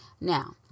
Now